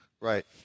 Right